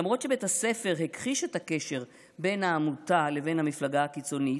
למרות שבית הספר הכחיש את הקשר בין העמותה לבין המפלגה הקיצונית,